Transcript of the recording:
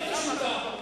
זאת השיטה.